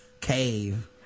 cave